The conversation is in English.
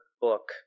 book